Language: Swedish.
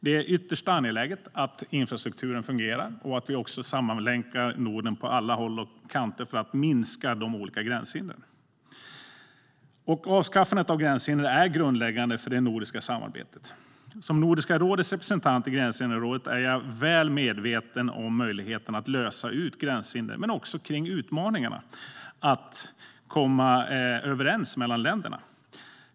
Det är ytterst angeläget att infrastrukturen fungerar och att vi sammanlänkar Norden på alla håll och kanter för att minska olika gränshinder. Avskaffandet av gränshinder är grundläggande för det nordiska samarbetet. Som Nordiska rådets representant i gränshinderrådet är jag väl medveten om möjligheterna att lösa gränshinder men också om utmaningarna i att komma överens mellan länderna.